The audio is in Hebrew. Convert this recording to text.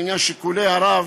לעניין שיקולי הרב